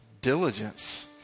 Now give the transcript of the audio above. diligence